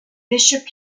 bishop